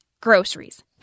Groceries